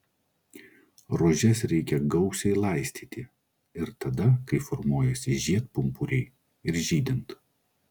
rožes reikia gausiai laistyti ir tada kai formuojasi žiedpumpuriai ir žydint